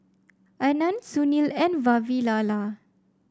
Anand Sunil and Vavilala